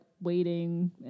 waiting